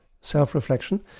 self-reflection